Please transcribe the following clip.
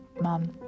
Mom